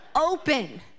open